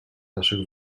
naszych